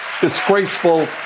disgraceful